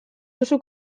duzu